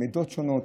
עדות שונות,